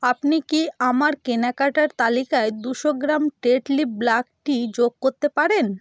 আপনি কি আমার কেনাকাটার তালিকায় দুশো গ্রাম টেটলি ব্লাক টি যোগ করতে পারেন